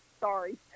Sorry